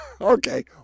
Okay